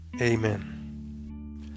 Amen